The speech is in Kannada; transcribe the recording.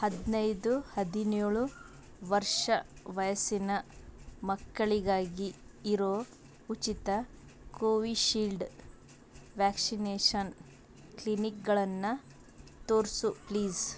ಹದಿನೈದು ಹದಿನೇಳು ವರ್ಷ ವಯಸ್ಸಿನ ಮಕ್ಕಳಿಗಾಗಿ ಇರೋ ಉಚಿತ ಕೋವಿಶೀಲ್ಡ್ ವ್ಯಾಕ್ಶಿನೇಷನ್ ಕ್ಲಿನಿಕ್ಗಳನ್ನು ತೋರಿಸು ಪ್ಲೀಸ್